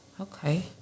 Okay